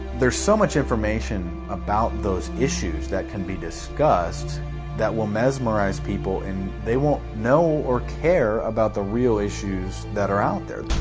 there's so much information about those issues that can be discussed that will mesmerize people and they won't know or care about the real issues that are out there.